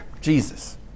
Jesus